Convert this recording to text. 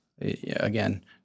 again